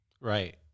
Right